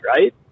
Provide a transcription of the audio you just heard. right